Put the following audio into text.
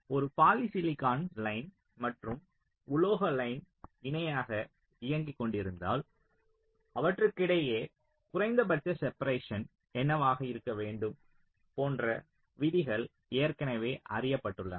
ஒரு polysilicon line மற்றும் உலோக லைன் இணையாக இயங்கி கொண்டிருந்தால் அவற்றுக்கிடையே குறைந்தபட்ச செப்பரேஷன் என்னவாக இருக்க வேண்டும் போன்ற விதிகள் ஏற்கனவே அறியப்பட்டுள்ளன